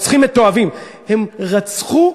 רוצחים מתועבים, הם רצחו,